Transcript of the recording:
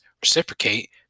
reciprocate